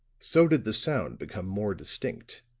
so did the sound become more distinct